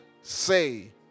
say